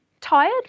tired